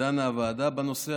דנה הוועדה בנושא,